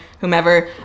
whomever